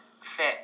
fit